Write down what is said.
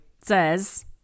says